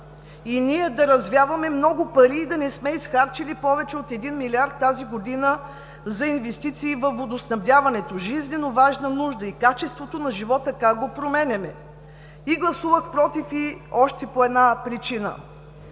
и ние да развяваме много пари и да не сме изхарчили повече от 1 милиард тази година за инвестиции във водоснабдяването – жизненоважна нужда. Качеството на живота как го променяме? Гласувах „против“ и по още една причина.